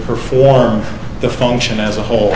performed the function as a whole